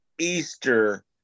Easter